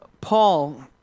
Paul